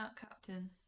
captain